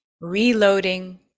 reloading